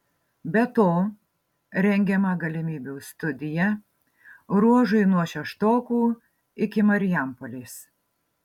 be to rengiama galimybių studija ruožui nuo šeštokų iki marijampolės